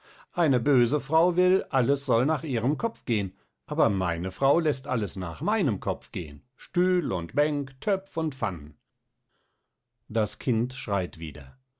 eine böse frau will alles soll nach ihrem kopf gehen aber meine frau läßt alles nach meinem kopf gehen stühl und bänk töpf und pfannen das kind schreit wieder